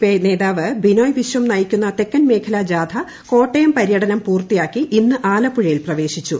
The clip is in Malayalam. ഐ ക്യേത്താവ് ബിനോയ് വിശ്വം നയിക്കുന്ന തെക്കൻ മേഖലാ ജാഥിക്കോട്ടയം പര്യടനം പൂർത്തിയാക്കി ഇന്ന് ആലപ്പുഴയിൽ പ്രവേശിച്ചു